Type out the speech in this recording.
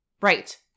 Right